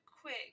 quick